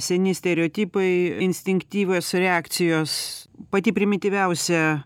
seni stereotipai instinktyvios reakcijos pati primityviausia